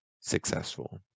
successful